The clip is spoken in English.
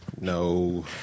No